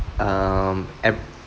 um I